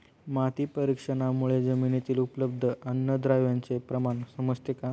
माती परीक्षणामुळे जमिनीतील उपलब्ध अन्नद्रव्यांचे प्रमाण समजते का?